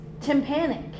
tympanic